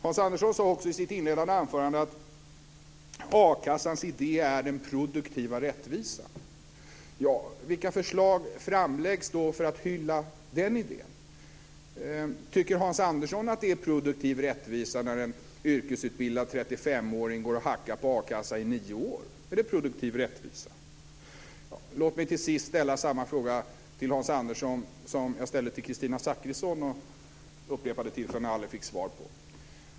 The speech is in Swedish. Hans Andersson sade också i sitt inledande anförande att a-kassans idé är den produktiva rättvisan. Vilka förslag framläggs då för att hylla den idén? Tycker Hans Andersson att det är produktiv rättvisa när en yrkesutbildad 35-åring går och hackar på akassa i nio år? Är det produktiv rättvisa? Låt mig till sist ställa samma fråga till Hans Andersson som jag ställde till Kristina Zakrisson vid upprepade tillfällen men aldrig fick svar på.